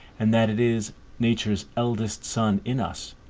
and that it is nature's eldest son in us,